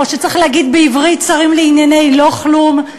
או שצריך להגיד בעברית "שרים לענייני לא כלום".